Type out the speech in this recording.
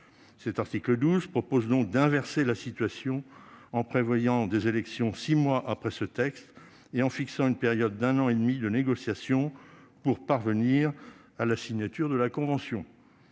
Cet article inverse donc la situation, en prévoyant des élections six mois après la publication de ce texte et en fixant une période d'un an et demi de négociations pour parvenir à la signature de la convention.